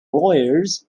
lawyers